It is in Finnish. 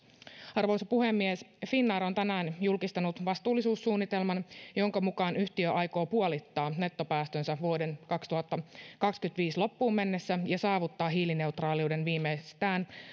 arvoisa puhemies finnair on tänään julkistanut vastuullisuussuunnitelman jonka mukaan yhtiö aikoo puolittaa nettopäästönsä vuoden kaksituhattakaksikymmentäviisi loppuun mennessä ja saavuttaa hiilineutraaliuden viimeistään